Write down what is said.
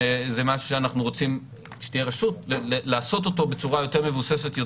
וזה משהו שאנחנו רוצים כשתהיה רשות לעשות אותו בצורה יותר מבוססת,